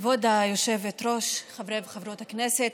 כבוד היושבת-ראש, חברי וחברות הכנסת,